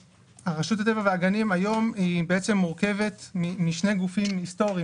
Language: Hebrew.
רשות הטבע והגנים מורכבת היום משני גופים היסטוריים